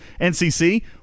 NCC